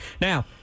Now